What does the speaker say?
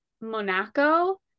Monaco